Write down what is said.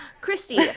Christy